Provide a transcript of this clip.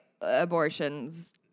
abortions